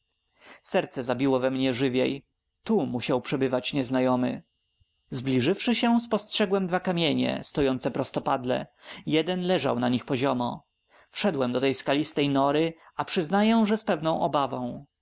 serce zabiło we mnie żywiej tu musiał przebywać nieznajomy zbliżywszy się spostrzegłem dwa kamienie stojące prostopadle jeden leżał na nich poziomo wszedłem do tej skalistej nory a przyznaję że z pewną obawą